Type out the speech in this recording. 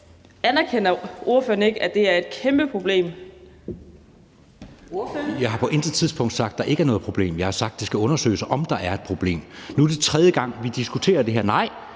Adsbøl): Ordføreren. Kl. 16:18 Jeppe Søe (M): Jeg har på intet tidspunkt sagt, at der ikke er noget problem. Jeg har sagt, at det skal undersøges, om der er et problem. Nu er det tredje gang, vi diskuterer det her.